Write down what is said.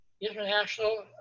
International